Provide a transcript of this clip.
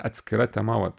atskira tema vat